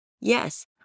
yes